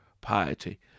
piety